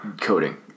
coding